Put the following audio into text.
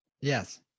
yes